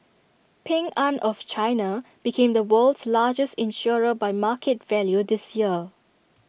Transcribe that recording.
Ping an of China became the world's largest insurer by market value this year